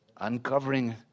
Uncovering